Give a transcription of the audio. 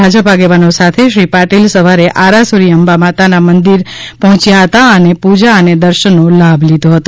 ભાજપ આગેવાનો સાથે શ્રી પાટિલ સવારે આરાસુરી અંબા માતાજીના મંદિરમાં પહોચ્યા હતા અને પુજા અને દર્શનનો લાભ લીધો હતો